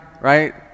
right